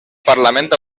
parlament